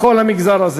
האל.